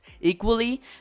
Equally